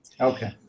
Okay